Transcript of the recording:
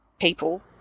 people